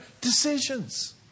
decisions